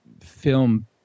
film